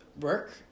work